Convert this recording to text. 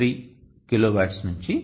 33 కిలోవాట్ల నుండి 1